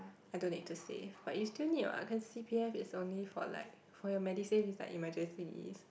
I don't need to save but you still need what because c_p_f is only for like for your Medisave is like emergencies